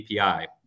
API